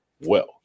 wealth